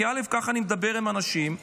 כי ככה אני מדבר עם אנשים,